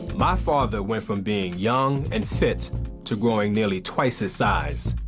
my father went from being young and fit to growing nearly twice his size.